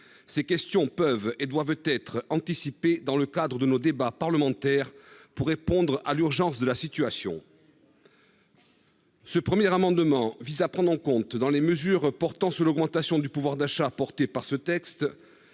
ces questions peuvent et doivent être anticipées dans le cadre de nos débats parlementaires afin de répondre à l'urgence de la situation. Ce premier amendement vise à prendre en compte dans les mesures portant sur l'augmentation du pouvoir d'achat prévues dans le